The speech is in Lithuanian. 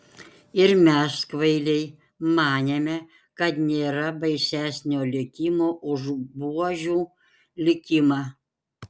ir mes kvailiai manėme kad nėra baisesnio likimo už buožių likimą